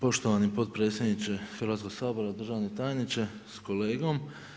Poštovani potpredsjedniče Hrvatskog sabora, državni tajniče s kolegom.